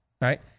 right